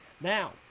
Now